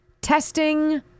Testing